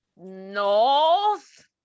North